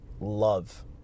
love